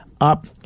up